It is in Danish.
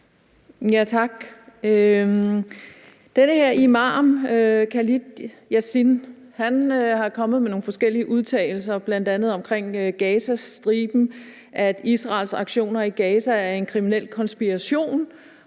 Tak. Den her imam, Khalid Yasin, er kommet med nogle forskellige udtalelser, bl.a. omkring Gazastriben, i forhold til at Israels aktioner i Gaza er en kriminel konspiration